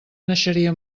naixeria